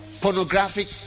pornographic